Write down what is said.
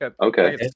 okay